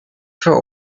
for